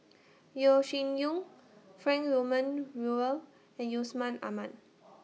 Yeo Shih Yun Frank Wilmin Brewer and Yusman Aman